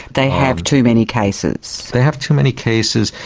they have too many cases? they have too many cases.